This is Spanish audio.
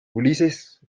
ulises